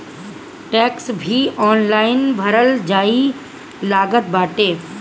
tax भी online भरल जाए लागल बाटे